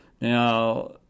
Now